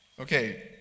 okay